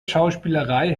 schauspielerei